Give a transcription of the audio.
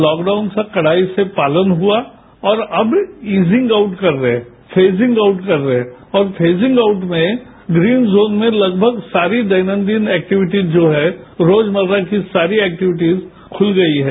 lockdown से कड़ाई से पालन हुआ और अब ईजिंग आउट कर रहे हैं फेजिंग आउट कर रहे है और फेजिंग आउट में ग्रीन जोन में लगभग सारी दैनन्दिन एक्टिविटीज जो हैं रोजमर्रा की सारी एक्टिविटीज खुल गई हैं